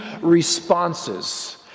responses